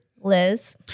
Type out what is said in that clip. Liz